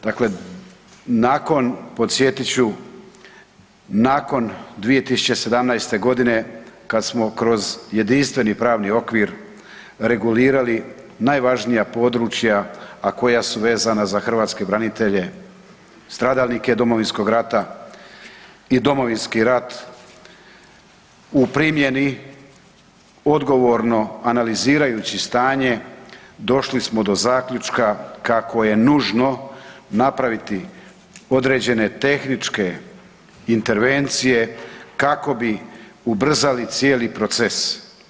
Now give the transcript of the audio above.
Dakle, nakon podsjetit ću, nakon 2017. godine kad smo kroz jedinstveni pravni okvir regulirali najvažnija područja, a koja su vezana za hrvatske branitelje, stradalnike Domovinskog rata i Domovinski rat u primjeni odgovorno analizirajući stanje došli smo do zaključka kako je nužno napraviti određene tehničke intervencije kako bi ubrzali cijeli proces.